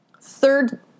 Third